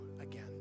again